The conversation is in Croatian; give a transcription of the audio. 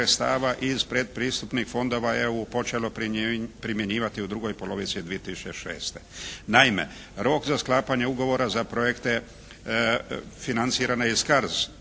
sredstava iz pretpristupnih fondova EU počelo primjenjivati u drugoj polovici 2006. Naime, rok za sklapanje ugovora za projekte financirane iz